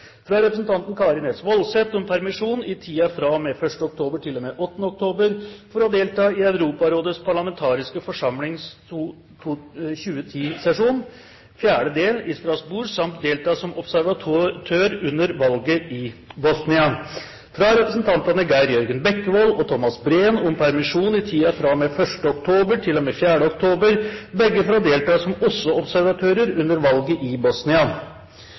fra representanten Karin S. Woldseth om permisjon i tiden fra og med 1. oktober til og med 8. oktober for å delta i Europarådets parlamentariske forsamlings 2010-sesjon, 4. del i Strasbourg samt for å delta som observatør under valget i Bosnia – fra representantene Geir Jørgen Bekkevold og Thomas Breen om permisjon i tiden fra og med 1. oktober til og med 4. oktober, begge for å delta som OSSE-observatører under valget i